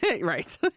Right